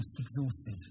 exhausted